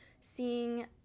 seeing